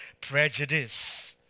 prejudice